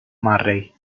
murray